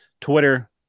Twitter